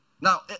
Now